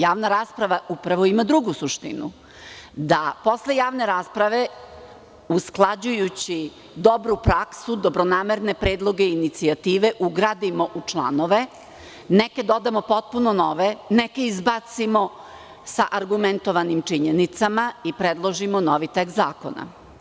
Javna rasprava upravo ima drugu suštinu da posle javne rasprave usklađujući dobru praksu, dobronamerne predloge i inicijative ugradimo u članove, neke dodamo potpuno nove, neke izbacimo sa argumentovanim činjenicama i predložimo novi tekst zakona.